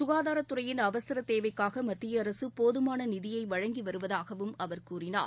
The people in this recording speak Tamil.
சுகாதாரத் துறையின் அவசரதேவைக்காகமத்தியஅரசுபோதுமானநிதியைவழங்கிவருவதாகவும் அவர் கூறினார்